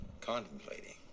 contemplating